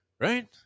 Right